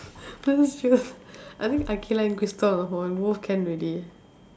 I just feel I think Aqilah and Crystal both can already